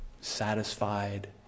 Satisfied